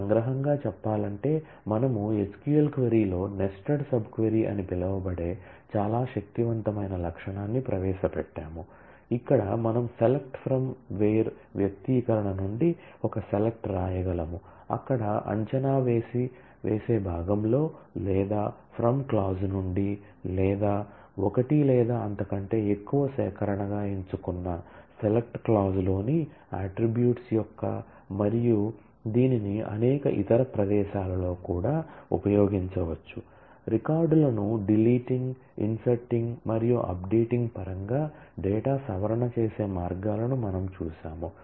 సంగ్రహంగా చెప్పాలంటే మనము SQL క్వరీ లో నెస్టెడ్ సబ్ క్వరీ అని పిలువబడే చాలా శక్తివంతమైన లక్షణాన్ని ప్రవేశపెట్టాము ఇక్కడ మనము సెలెక్ట్ ఫ్రమ్ వేర్ పరంగా డేటా సవరణ చేసే మార్గాలను మనము చూశాము